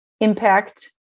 impact